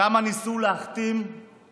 קולות מציבור קטן שמנסה להכתים את